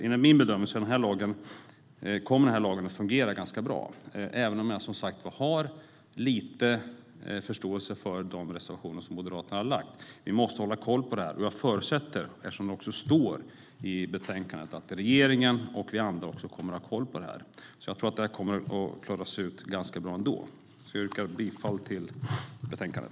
Enligt min bedömning kommer den här lagen att fungera ganska bra, även om jag som sagt har viss förståelse för de reservationer som Moderaterna lämnat. Vi måste hålla koll på det här, och jag förutsätter att regeringen och vi andra kommer att ha koll på det. Det står också i betänkandet. Jag tror att det här kommer att klaras ut ganska bra, så jag yrkar bifall till förslaget i betänkandet.